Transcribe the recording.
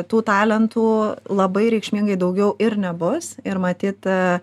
tų talentų labai reikšmingai daugiau ir nebus ir matyt